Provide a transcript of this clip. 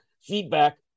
feedback